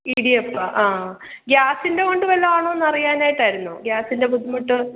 ഇടിയപ്പം ആ ഗ്യാസിന്റെ കൊണ്ട് വല്ലതും ആണോ എന്ന് അറിയാനായിട്ടായിരുന്നു ഗ്യാസിന്റെ ബുദ്ധിമുട്ട്